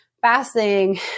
fasting